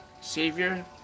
Savior